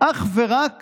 אך ורק